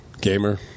gamer